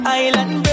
island